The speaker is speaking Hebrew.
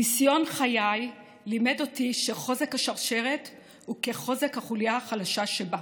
ניסיון חיי לימד אותי שחוזק השרשרת הוא כחוזק החוליה החלשה שבה.